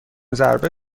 ضربه